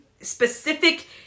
specific